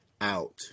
out